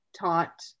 taught